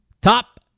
Top